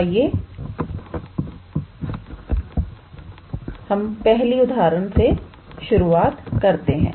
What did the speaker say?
तो आइए हम अपनी पहली उदाहरण से शुरुआत करते हैं